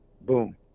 Boom